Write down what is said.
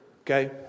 Okay